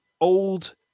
old